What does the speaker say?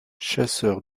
chasseur